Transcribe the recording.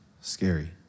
Scary